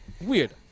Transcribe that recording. Weird